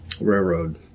railroad